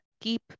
Keep